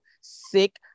sick